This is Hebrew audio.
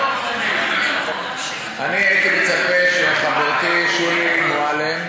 אני הייתי מצפה שחברתי שולי מועלם,